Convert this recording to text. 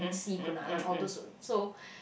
C-Kunalan all those so